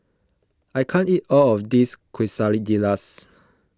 I can't eat all of this Quesadillas